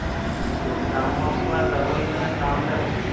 মানে টাউনৰ পৰা যাব লাগিবনে নে টাউনতে হ'ব